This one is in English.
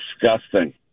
disgusting